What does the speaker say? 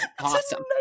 awesome